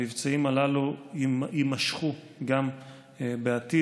המבצעים הללו יימשכו גם בעתיד.